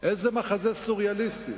איזה מחזה סוריאליסטי.